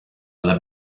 alla